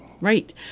Right